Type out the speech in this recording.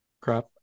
crap